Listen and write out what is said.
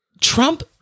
Trump